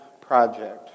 project